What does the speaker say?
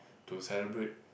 to celebrate